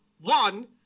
one